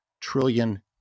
trillion